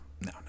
no